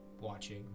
watching